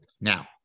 now